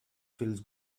feels